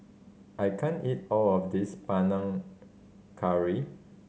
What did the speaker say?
I can't eat all of this Panang Curry